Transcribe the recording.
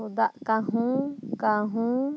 ᱫᱟᱜ ᱠᱟᱹᱦᱩ ᱠᱟᱹᱦᱩ